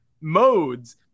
modes